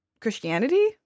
Christianity